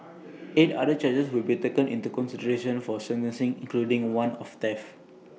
eight other charges will be taken into consideration for sentencing including one of theft